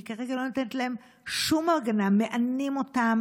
כי כרגע לא ניתנת להם שום הגנה מענים אותם,